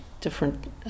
different